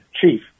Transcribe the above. chief